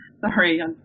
Sorry